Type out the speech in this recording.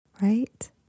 right